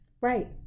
Right